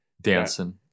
Dancing